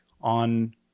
on